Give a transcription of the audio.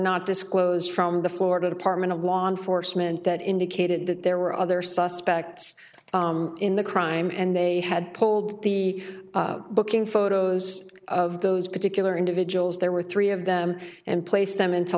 not disclosed from the florida department of law enforcement that indicated that there were other suspects in the crime and they had pulled the booking photos of those particular individuals there were three of them and placed them into